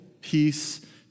peace